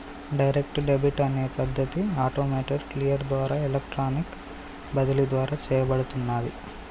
direct debit అనే పద్ధతి automated clear ద్వారా ఎలక్ట్రానిక్ బదిలీ ద్వారా చేయబడుతున్నాది